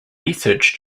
research